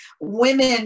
women